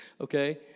okay